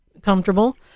comfortable